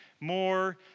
more